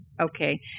okay